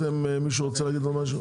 מישהו רוצה להגיד עוד משהו?